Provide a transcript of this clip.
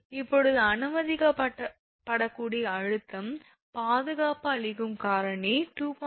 இப்போது அனுமதிக்கப்படக்கூடிய அழுத்தம் பாதுகாப்பு அளிக்கும் காரணி 2